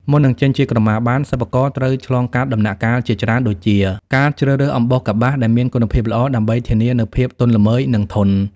មុននឹងចេញជាក្រមាបាន សិប្បករត្រូវឆ្លងកាត់ដំណាក់កាលជាច្រើនដូចជា ការជ្រើសរើសអំបោះកប្បាស ដែលមានគុណភាពល្អ ដើម្បីធានានូវភាពទន់ល្មើយ និងធន់។